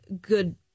good